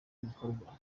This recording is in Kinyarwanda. ibikorwa